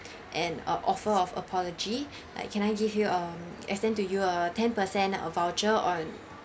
an uh offer of apology like can I give you um extend to you a ten per cent uh voucher on